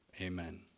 Amen